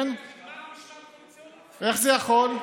משמעת קואליציונית, איך יכול להיות?